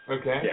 Okay